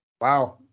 Wow